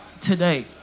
today